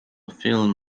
film